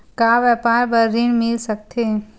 का व्यापार बर ऋण मिल सकथे?